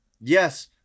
yes